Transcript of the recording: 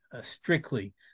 strictly